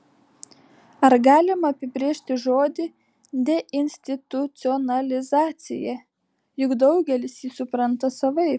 ar galima apibrėžti žodį deinstitucionalizacija juk daugelis jį supranta savaip